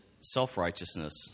self-righteousness